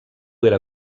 era